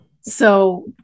So-